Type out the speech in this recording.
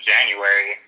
January